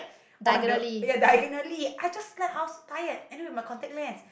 on the ya diagonally I just slept I was tired and then with my contact lens